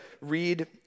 read